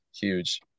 huge